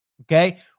Okay